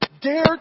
dare